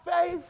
faith